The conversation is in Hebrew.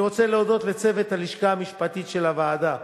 אני רוצה להודות לצוות הלשכה המשפטית של הוועדה,